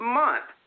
month